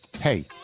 hey